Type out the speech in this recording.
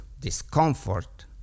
discomfort